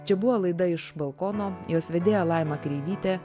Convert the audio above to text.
čia buvo laida iš balkono jos vedėja laima kreivytė